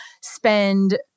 spend